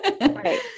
Right